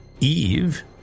Eve